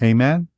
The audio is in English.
Amen